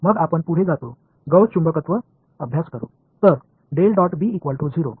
मग आपण पुढे जातो गौस चुंबकत्व अभ्यास करू